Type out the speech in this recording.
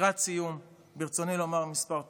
לקראת סיום ברצוני לומר כמה תודות.